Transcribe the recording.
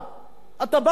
אתה בא ואומר: איזה יופי,